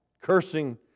Cursing